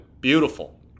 Beautiful